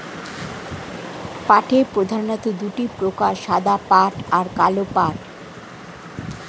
পাটের প্রধানত দুটি প্রকার সাদা পাট আর কালো পাট